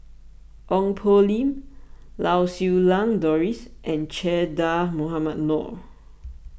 Ong Poh Lim Lau Siew Lang Doris and Che Dah Mohamed Noor